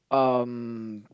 um